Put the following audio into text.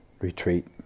retreat